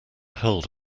held